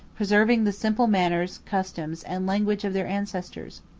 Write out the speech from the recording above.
preserving the simple manners, customs, and language of their ancestors.